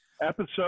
episode